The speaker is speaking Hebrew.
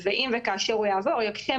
ומנסה לעשות מכל הדבר הזה משהו מתוכלל יותר